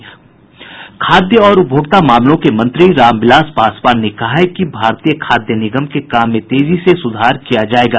खाद्य और उपभोक्ता मामलों के मंत्री रामविलास पासवान ने कहा है कि भारतीय खाद्य निगम के काम में तेजी से सुधार किया जाएगा